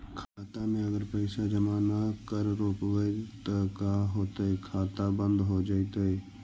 खाता मे अगर पैसा जमा न कर रोपबै त का होतै खाता बन्द हो जैतै?